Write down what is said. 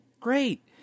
great